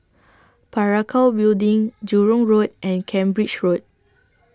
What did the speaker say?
Parakou Building Jurong Road and Cambridge Road